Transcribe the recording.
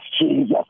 Jesus